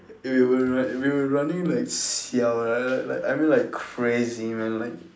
we were run we were running like siao like that like I mean like crazy man like